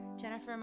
Jennifer